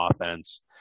offense